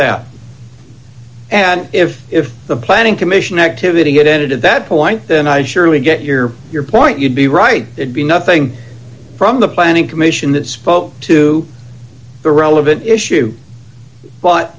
them and if if the planning commission activity had ended at that point then i'd surely get your your point you'd be right they'd be nothing from the planning commission that spoke to the relevant issue but